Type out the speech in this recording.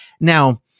Now